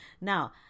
now